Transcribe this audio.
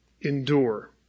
endure